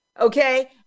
okay